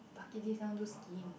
bucketlist I want do skiing